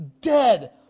dead